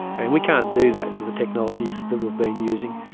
and we can't do that with the technology that we've been using.